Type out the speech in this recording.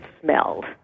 smelled